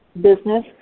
business